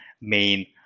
main